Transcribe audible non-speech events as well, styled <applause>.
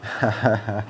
<laughs>